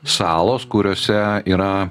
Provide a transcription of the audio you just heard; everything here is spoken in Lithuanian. salos kuriose yra